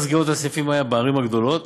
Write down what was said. סגירות הסניפים העיקריות היו בערים הגדולות,